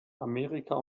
amerika